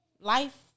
Life